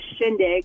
shindig